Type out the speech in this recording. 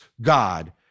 God